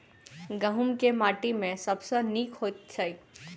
गहूम केँ माटि मे सबसँ नीक होइत छै?